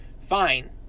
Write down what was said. Fine